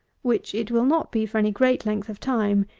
which it will not be for any great length of time,